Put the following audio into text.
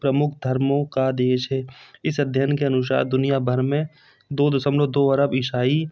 प्रमुख धर्मों का देश है इस अध्ययन के अनुसार दुनिया भर में दो दशमलव दो अरब ईसाई